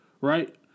right